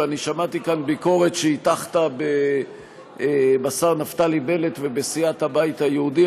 ואני שמעתי כאן ביקורת שהטחת בשר נפתלי בנט ובסיעת הבית היהודי.